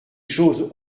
choses